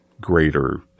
greater